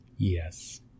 Yes